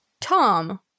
Tom